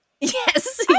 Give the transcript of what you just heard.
Yes